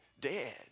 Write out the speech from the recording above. dead